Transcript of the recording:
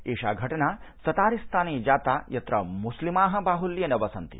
एषा घटना ततारिस्ताने जाता यत्र मुस्लिमाः बाहुल्येन वसन्ति